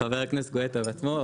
שקרה,